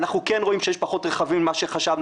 אנחנו כן רואים שיש פחות רכבים ממה שחשבנו.